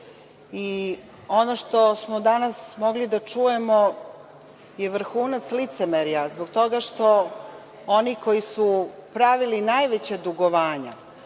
i ono što smo danas mogli da čujemo je vrhunac licemerja zbog toga što oni koji su pravili najveća dugovanja,